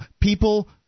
people